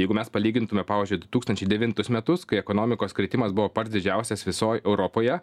jeigu mes palygintume pauyzdžiui du tūkstančiai devintus metus kai ekonomikos kritimas buvo pats didžiausias visoj europoje